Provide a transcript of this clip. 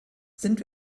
sind